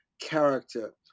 character